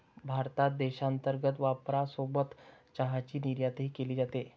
भारतात देशांतर्गत वापरासोबत चहाची निर्यातही केली जाते